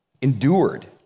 endured